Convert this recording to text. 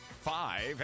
five